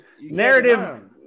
Narrative